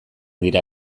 dira